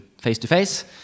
face-to-face